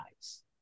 eyes